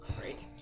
great